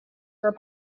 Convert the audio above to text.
were